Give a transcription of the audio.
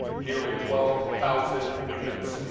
nearly twelve thousand units.